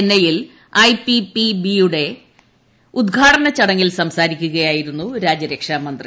ചെന്നൈയിൽ യൂട്ടി ഉദ്ഘാടന ചടങ്ങിൽ സംസാരിക്കുകയായിരുന്നു രാജ്യരക്ഷാമന്ത്രി